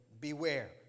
beware